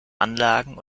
anlagen